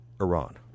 Iran